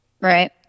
Right